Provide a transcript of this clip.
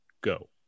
go